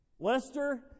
Lester